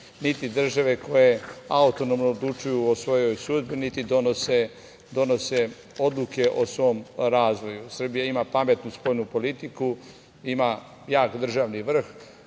niti države koje autonomno odlučuju o svojoj sudbini, niti donose odluke o svom razvoju. Srbija ima pametnu spoljnu politiku, ima jak državni vrh,